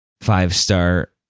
five-star